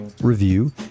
review